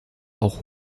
auch